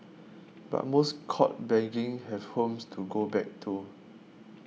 but most caught begging have homes to go back to